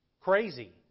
crazy